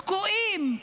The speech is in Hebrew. תקועים.